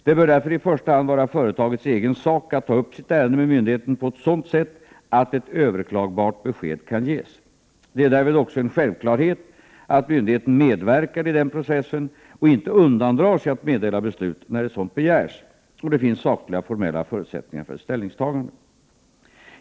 Det bör därför i första hand vara företagets egen sak att ta upp sitt ärende med myndigheten på ett sådant sätt att ett överklagbart besked kan ges. Det är därvid också en självklarhet att myndigheten medverkar i denna process och inte undandrar sig att meddela beslut när ett sådant begärs och det finns sakliga och formella förutsättningar för ett ställningstagande.